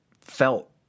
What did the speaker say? felt